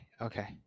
Okay